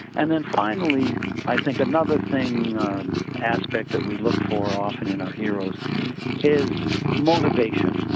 and then finally i think another thing aspect that we look for often in our heroes is motivation.